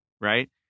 right